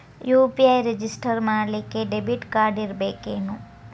UPI register ಮಾಡ್ಲಿಕ್ಕೆ debit card ಇರ್ಬೇಕೇನು?